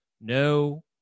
No